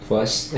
First